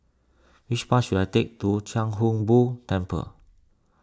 which bus should I take to Chia Hung Boo Temple